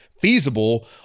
feasible